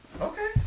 Okay